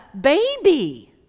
baby